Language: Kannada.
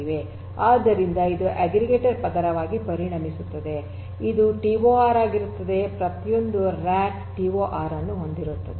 ಆದ್ದರಿಂದ ಇದು ಅಗ್ರಿಗೇಟರ್ ಪದರವಾಗಿ ಪರಿಣಮಿಸುತ್ತದೆ ಇದು ಟಿಒಆರ್ ಆಗುತ್ತದೆ ಪ್ರತಿಯೊಂದು ರ್ಯಾಕ್ ಟಿಒಆರ್ ಅನ್ನು ಹೊಂದಿರುತ್ತದೆ